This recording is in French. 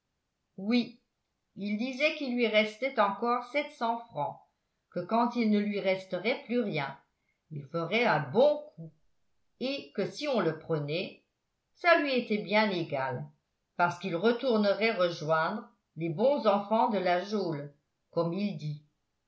oui il disait qu'il lui restait encore sept cents francs que quand il ne lui resterait plus rien il ferait un bon coup et que si on le prenait ça lui était bien égal parce qu'il retournerait rejoindre les bons enfants de la geôle comme il dit